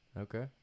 Okay